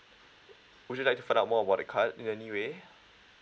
would you like to find out more about the card in any way